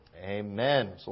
amen